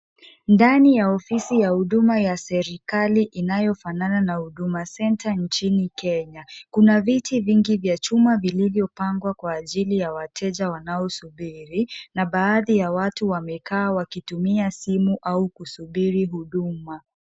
Ndani ya ofisi ya huduma ya serikali inayofanana na huduma center nchini Kenya. Kuna viti vingi vya chuma vilivyopangwa kwa ajili ya wateja wanaosubiri na baadhi ya watu wamekaa wakitumia simu au kusubiri huduma.